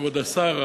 כבוד השר,